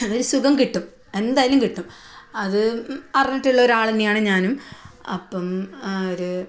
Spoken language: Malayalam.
ഒരു സുഖം കിട്ടും എന്തായാലും കിട്ടും അത് അറിഞ്ഞിട്ടുള്ള ഒരാളു തന്നെയാണ് ഞാനും അപ്പം ആര്